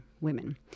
women